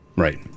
Right